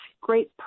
great